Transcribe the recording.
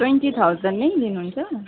twenty थाउजन्डै लिनुहुन्छ